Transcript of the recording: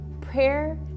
Prayer